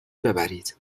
ببرید